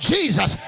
Jesus